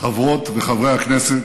חברות וחברי הכנסת,